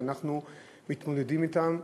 שאנחנו מתמודדים אתן,